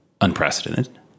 unprecedented